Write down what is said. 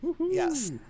Yes